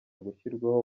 gushyirwaho